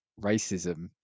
racism